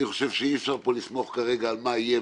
אני חושב שאי אפשר כרגע לסמוך על מה יהיה,